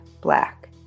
black